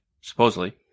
supposedly